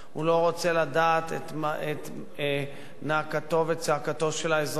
הוא לא רוצה לדעת את נאקתו וצעקתו של האזרח.